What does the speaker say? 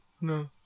no